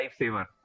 lifesaver